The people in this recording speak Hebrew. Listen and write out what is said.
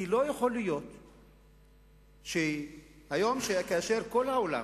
כי לא יכול להיות שהיום, כאשר כל העולם